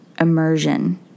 immersion